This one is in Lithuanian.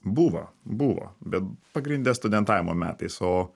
buvo buvo bet pagrinde studentavimo metais o